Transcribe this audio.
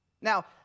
Now